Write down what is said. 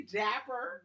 dapper